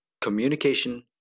Communication